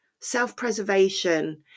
self-preservation